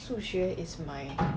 数学 is my